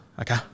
okay